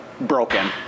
broken